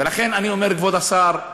ולכן אני אומר, כבוד השר,